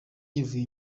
yivuye